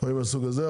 דברים מן הסוג הזה.